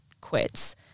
quits